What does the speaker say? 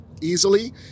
easily